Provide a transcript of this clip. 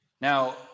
Now